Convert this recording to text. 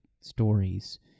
stories